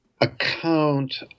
account